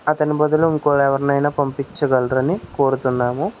అతని బదులు ఇంకా ఎవరినైనా పంపించగలరా అని కోరుతున్నాము